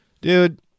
Dude